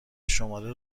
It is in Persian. شماره